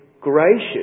gracious